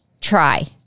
try